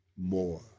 more